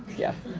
yes.